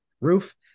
roof